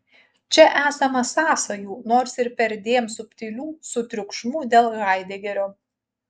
čia esama sąsajų nors ir perdėm subtilių su triukšmu dėl haidegerio